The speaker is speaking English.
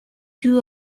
too